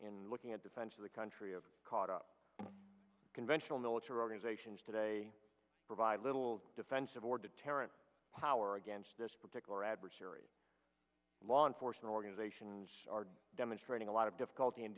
in looking at defense of the country of caught up conventional military organizations today provide little defensive or deterrent power against this particular adversary law enforcement organizations are demonstrating a lot of difficulty